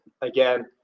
Again